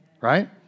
right